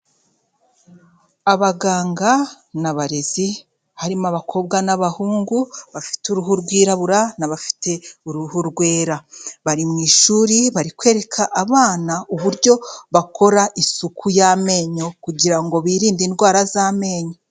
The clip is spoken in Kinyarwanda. Abaganga n'abarezi, harimo abakobwa n'abahungu bafite uruhu rwirabura n'abafite uruhu rwera; bari mu ishuri, bari kwereka abana uburyo bakora isuku y'amenyo kugira ngo birinde indwara z'amenyo.